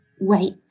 Wait